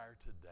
today